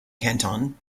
canton